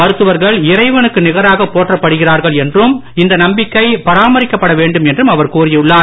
மருத்துவர்கள் இறைவனுக்கு நிகராக போற்றப்படுகிறார்கள் என்றும் இந்த நம்பிக்கை பராமரிக்கப்பட வேண்டும் என்றும் அவர் கூறியுள்ளார்